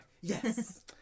Yes